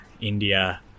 India